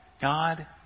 God